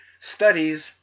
studies